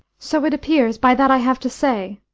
so it appears by that i have to say.